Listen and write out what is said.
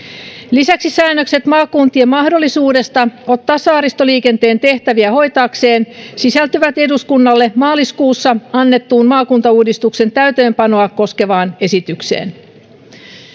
lisäksi säännökset maakuntien mahdollisuudesta ottaa saaristoliikenteen tehtäviä hoitaakseen sisältyvät eduskunnalle maaliskuussa annettuun maakuntauudistuksen täytäntöönpanoa koskevaan esitykseen